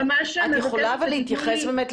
אני ממש מבקשת שתיתנו לי -- את יכולה להתייחס לשאלה